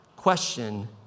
Question